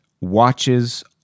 watches